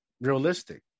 realistic